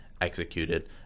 executed